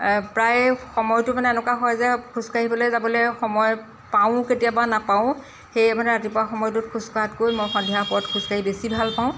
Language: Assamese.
প্ৰায় সময়টো মানে এনেকুৱা হয় যে খোজকাঢ়িবলৈ যাবলৈ সময় পাওঁও কেতিয়াবা নাপাওঁও সেয়ে মানে ৰাতিপুৱা সময়টোত খোজকঢ়াতকৈ মই সন্ধিয়া পৰত খোজকাঢ়ি বেছি ভাল পাওঁ